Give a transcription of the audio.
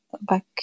back